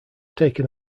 taken